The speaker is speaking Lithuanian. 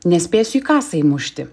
nespėsiu į kasą įmušti